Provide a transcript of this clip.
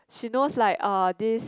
she knows like uh this